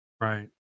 right